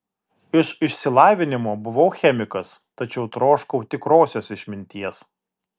iš išsilavinimo buvau chemikas tačiau troškau tikrosios išminties